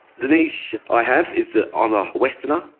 the niche i have is that i'm a westerner.